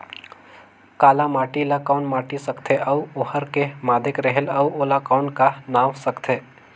काला माटी ला कौन माटी सकथे अउ ओहार के माधेक रेहेल अउ ओला कौन का नाव सकथे?